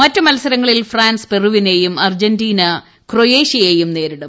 മറ്റ് മത്സരങ്ങളിൽ ഫ്രാൻസ് പെറുവിനെയും അർജെന്റീന ക്രെയേഷ്യയേയും നേരിടും